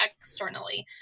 externally